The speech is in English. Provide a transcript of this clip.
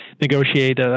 negotiate